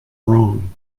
wrong